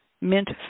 mint